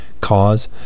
cause